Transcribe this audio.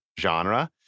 genre